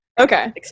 Okay